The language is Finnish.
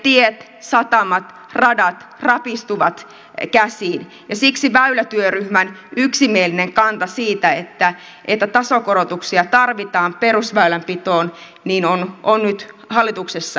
meidän tiet satamat radat rapistuvat käsiin ja siksi väylätyöryhmän yksimielinen kanta siitä että tasokorotuksia tarvitaan perusväylänpitoon on nyt hallituksessa toteutumassa